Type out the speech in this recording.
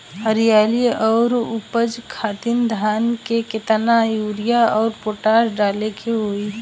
हरियाली और उपज खातिर धान में केतना यूरिया और पोटाश डाले के होई?